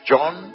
John